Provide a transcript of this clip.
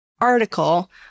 article